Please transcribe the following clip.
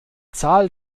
zahl